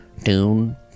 dune